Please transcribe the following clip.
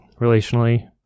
relationally